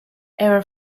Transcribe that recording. ever